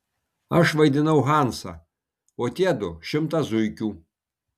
aš vaidinau hansą o tie du šimtą zuikių